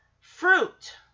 Fruit